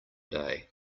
day